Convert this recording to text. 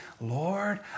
Lord